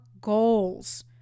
goals